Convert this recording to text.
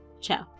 Ciao